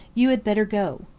you had better go.